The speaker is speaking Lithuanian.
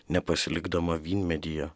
nepasilikdama vynmedyje